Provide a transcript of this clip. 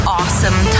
awesome